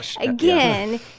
again